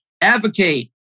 advocate